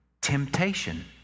temptation